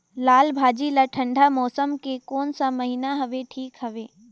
लालभाजी ला ठंडा मौसम के कोन सा महीन हवे ठीक हवे?